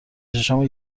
چشامو